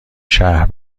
شهر